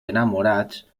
enamorats